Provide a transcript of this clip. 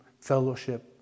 fellowship